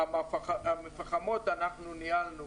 המפחמות, אנחנו ניהלנו